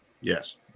Yes